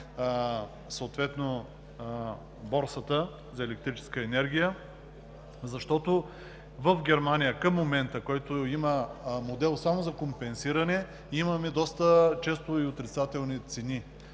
на Борсата за електрическа енергия, защото в Германия към момента, която има модел само за компенсиране, имаме доста често и отрицателни цени.